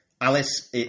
Alice